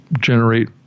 generate